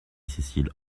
cécile